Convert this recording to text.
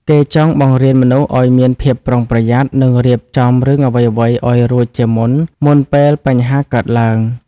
គេចង់បង្រៀនមនុស្សឲ្យមានភាពប្រុងប្រយ័ត្ន និងរៀបចំរឿងអ្វីៗឲ្យរួចជាមុន មុនពេលបញ្ហាកើតឡើង។